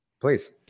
please